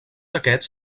aquests